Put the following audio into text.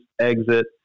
exit